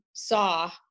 saw